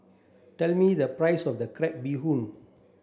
tell me the price of crab bee hoon